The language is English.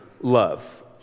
love